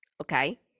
okay